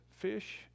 Fish